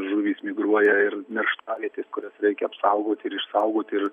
žuvys migruoja ir nerštavietės kurias reikia apsaugoti ir išsaugoti ir